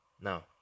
Now